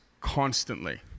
constantly